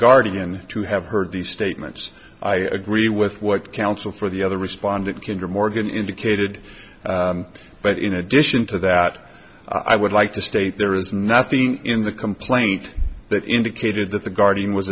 guardian to have heard these statements i agree with what counsel for the other respondent can do morgan indicated but in addition to that i would like to state there is nothing in the complaint that indicated that the guardian was